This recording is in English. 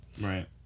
Right